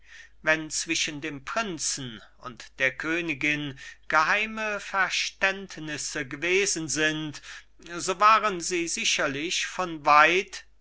wenn zwischen dem prinzen und der königin geheime verständnisse gewesen sind so waren sie sicherlich von weit